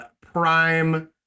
Prime